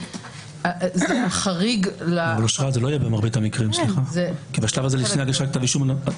אבל זה לא יהיה במרבית המקרים כי בשלב הזה רוב